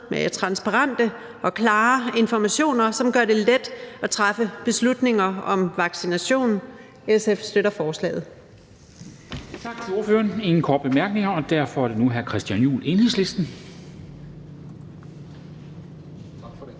ved transparente og klare informationer, som gør det let at træffe beslutninger om vaccination. SF støtter forslaget.